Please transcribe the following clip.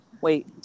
Wait